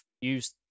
use